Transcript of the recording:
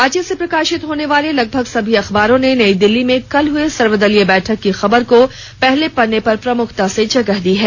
राज्य से प्रकाशित होने वाले लगभग सभी अखबारों ने नयी दिल्ली में कल हुए सर्वदलीय बैठक की खबर को पहले पन्ने पर प्रमुखता से जगह दी है